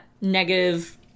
negative